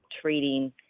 treating